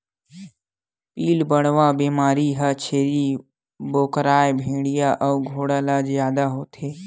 पिलबढ़वा बेमारी ह छेरी बोकराए भेड़िया अउ घोड़ा ल जादा होथे